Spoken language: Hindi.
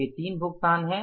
तो ये तीन भुगतान हैं